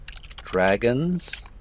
dragon's